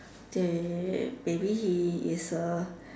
they maybe he is a